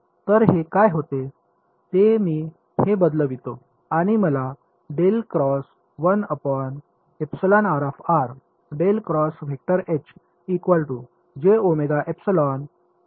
तर हे काय होते ते मी हे बदलवितो आणि मला मिळणार आहे